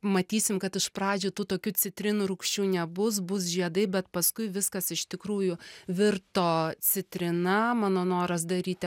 matysim kad iš pradžių tų tokių citrinų rūgščių nebus bus žiedai bet paskui viskas iš tikrųjų virto citrina mano noras daryti